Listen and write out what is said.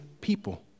people